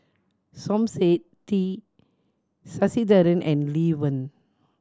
Som Said T Sasitharan and Lee Wen